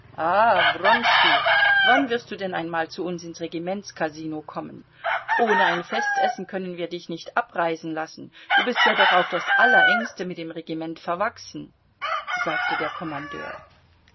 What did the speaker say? wann wirst du denn einmal zu uns ins regimentskasino kommen ohne ein festessen können wir dich nicht abreisen lassen du bist ja doch auf das allerengste mit dem regiment verwachsen sagte der kommandeur